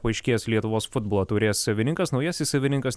paaiškės lietuvos futbolo taurės savininkas naujasis savininkas